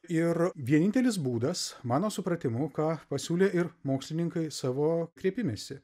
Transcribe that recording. ir vienintelis būdas mano supratimu ką pasiūlė ir mokslininkai savo kreipimęsi